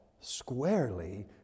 squarely